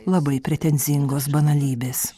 labai pretenzingos banalybės